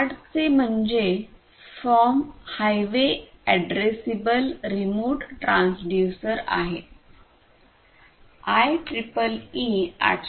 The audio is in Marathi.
हार्टचे म्हणजे form highway addressable remote transducer आहे आणि आयट्रिपलई 802